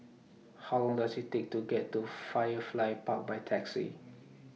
How Long Does IT Take to get to Firefly Park By Taxi